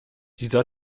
dieser